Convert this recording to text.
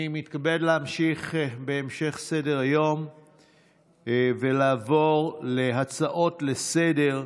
אני מתכבד להמשיך בסדר-היום ולעבור להצעות לסדר-היום.